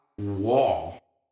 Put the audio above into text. wall